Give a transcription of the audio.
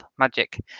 magic